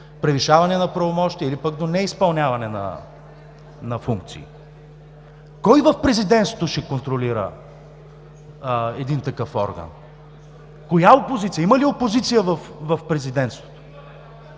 превишаване на правомощия, или пък до неизпълняване на функции. Кой в президентството ще контролира един такъв орган? Коя опозиция? Има ли опозиция в президентството,